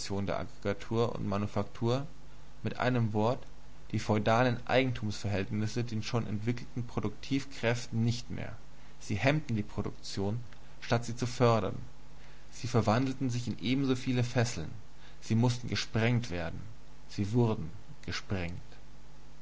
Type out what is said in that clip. und manufaktur mit einem wort die feudalen eigentumsverhältnisse den schon entwickelten produktivkräften nicht mehr sie hemmten die produktion statt sie zu fördern sie verwandelten sich in ebensoviele fesseln sie mußten gesprengt werden die wurden gesprengt